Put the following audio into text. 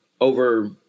over